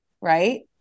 Right